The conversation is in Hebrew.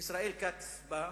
ישראל כץ בא,